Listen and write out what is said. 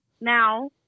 now